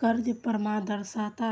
कर्ज परामर्शदाता